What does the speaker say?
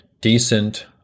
decent